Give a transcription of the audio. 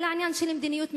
זה עניין של מדיניות מכוונת.